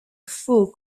full